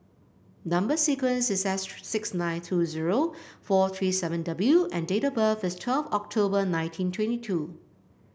number sequence is six nine two zero four three seven W and date of birth is twelve October nineteen twenty two